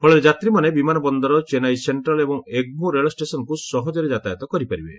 ଫଳରେ ଯାତ୍ରୀମାନେ ବିମାନ ବନ୍ଦର ଚେନ୍ନାଇ ସେଖ୍ରାଲ୍ ଏବଂ ଏଗ୍ମୋର୍ ରେଳ ଷ୍ଟେସନ୍କୁ ସହଜରେ ଯାତାୟତ କରିପାରିବେ